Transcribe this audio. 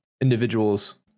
individuals